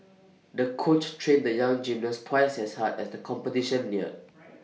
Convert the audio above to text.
the coach trained the young gymnast twice as hard as the competition neared